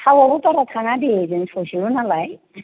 थावआवबो बारा थाङा दे जों ससेल' नालाय